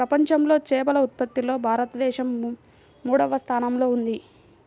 ప్రపంచంలో చేపల ఉత్పత్తిలో భారతదేశం మూడవ స్థానంలో ఉంది